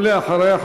ואחריה,